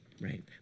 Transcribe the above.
right